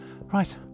Right